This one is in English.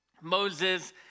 Moses